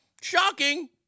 Shocking